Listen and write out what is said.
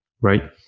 right